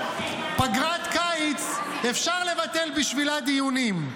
פגרת קיץ, אפשר לבטל בשבילה דיונים.